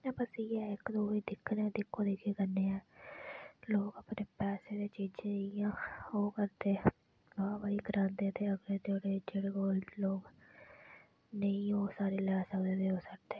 बच्चे इक दूए गी दिक्खने दिक्खो दिक्खी कन्नै ऐ लोग अपने पैसे ते चीजें दी इ'यां ओह् करदे वाह वाही करांदे ते अपने ते इ'यै कोल जेह्दे कोल नेईं होन लेई सकदे ओह् सड़दे